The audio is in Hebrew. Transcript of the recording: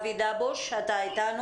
דבוש, אתה אתנו?